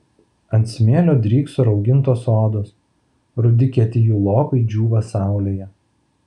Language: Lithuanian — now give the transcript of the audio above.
ant smėlio drykso raugintos odos rudi kieti jų lopai džiūva saulėje